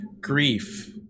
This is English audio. grief